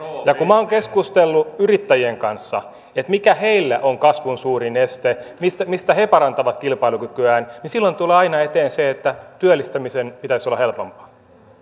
kun minä olen keskustellut yrittäjien kanssa mikä heille on kasvun suurin este millä he parantavat kilpailukykyään niin silloin tulee aina eteen se että työllistämisen pitäisi olla helpompaa